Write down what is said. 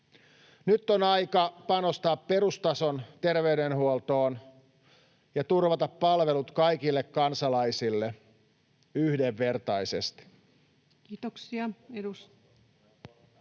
Nyt on aika panostaa perustason terveydenhuoltoon ja turvata palvelut kaikille kansalaisille yhdenvertaisesti. [Speech